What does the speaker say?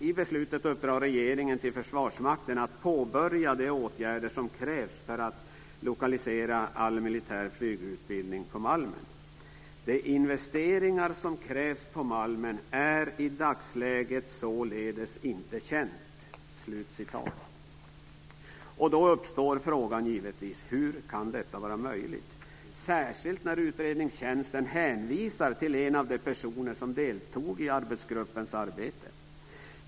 I beslutet uppdrar regeringen till Försvarsmakten att påbörja de åtgärder som krävs för att lokalisera all militär flygutbildning på Malmen. De investeringar som krävs på Malmen är i dagsläget således inte kända. Då uppstår givetvis frågan: Hur kan detta vara möjligt? Utredningstjänsten hänvisar nämligen till en av de personer som deltog i arbetsgruppens arbete.